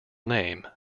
name